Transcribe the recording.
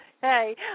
Hey